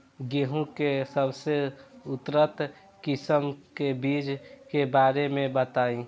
गेहूँ के सबसे उन्नत किस्म के बिज के बारे में बताई?